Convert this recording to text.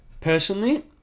Personally